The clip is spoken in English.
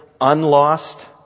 unlost